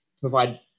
provide